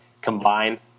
combine